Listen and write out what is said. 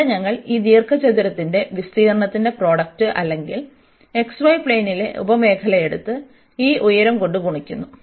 അവിടെ ഞങ്ങൾ ഈ ദീർഘചതുരത്തിന്റെ വിസ്തീർണ്ണത്തിന്റെ പ്രോഡക്റ്റ് അല്ലെങ്കിൽ xy പ്ളേനിലെ ഉപമേഖല എടുത്ത് ഈ ഉയരം കൊണ്ട് ഗുണിക്കുന്നു